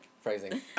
Phrasing